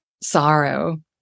sorrow